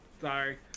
Sorry